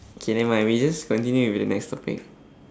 okay never mind we just continue with the next topic